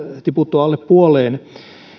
tiputtua alle puoleen